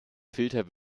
filter